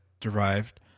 derived